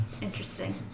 Interesting